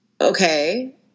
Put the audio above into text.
okay